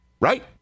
right